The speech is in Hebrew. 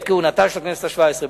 בעת כהונתה של הכנסת השבע-עשרה.